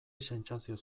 sentsazioz